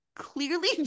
clearly